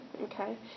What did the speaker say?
Okay